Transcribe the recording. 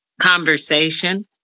conversation